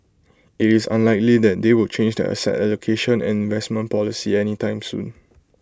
IT is unlikely that they will change their asset allocation and investment policy any time soon